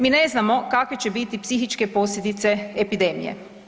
Mi ne znamo kakve će biti psihičke posljedice epidemije.